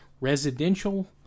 residential